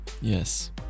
yes